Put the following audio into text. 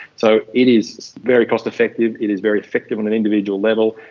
so it is very cost-effective, it is very effective on an individual level,